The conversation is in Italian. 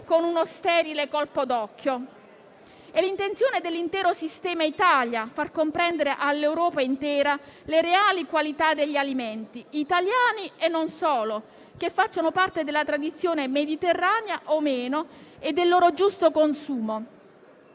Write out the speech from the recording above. con uno sterile colpo d'occhio. È intenzione dell'intero sistema Italia far comprendere all'Europa intera le reali qualità degli alimenti, italiani e non solo, che facciano parte della tradizione mediterranea o meno, e del loro giusto consumo.